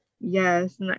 Yes